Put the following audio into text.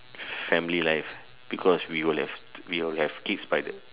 family life because we will have we will have kids by the